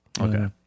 Okay